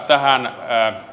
tähän